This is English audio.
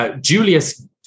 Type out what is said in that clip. Julius